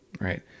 right